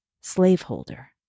slaveholder